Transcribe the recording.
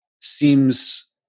seems